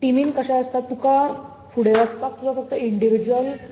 टिमीन कशें आसता तुका फुडें वचपाक तुका फक्त इंडिव्यूजल